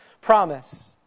promise